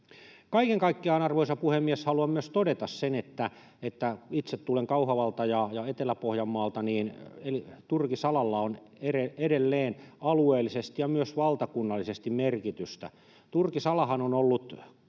Kaiken kaikkiaan, arvoisa puhemies, haluan myös todeta — itse tulen Kauhavalta ja Etelä-Pohjanmaalta — että turkisalalla on edelleen alueellisesti ja myös valtakunnallisesti merkitystä. Turkisalahan on ollut koronan